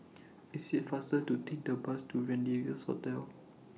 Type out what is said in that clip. IT IS faster to Take The Bus to Rendezvous Hotel